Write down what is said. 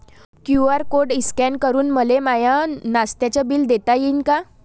QR code scan करून मले माय नास्त्याच बिल देता येईन का?